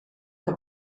que